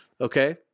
Okay